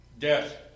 Death